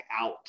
out